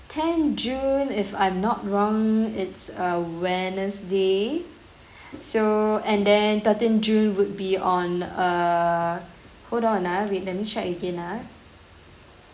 ten june if I'm not wrong it's a wednesday so and then thirteen june would be on err hold on ah wait let me check again ah